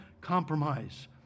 compromise